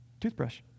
toothbrush